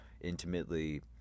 intimately